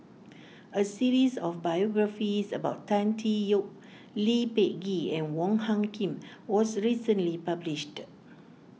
a series of biographies about Tan Tee Yoke Lee Peh Gee and Wong Hung Khim was recently published